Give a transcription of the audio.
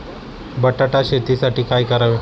बटाटा शेतीसाठी काय करावे?